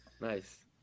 Nice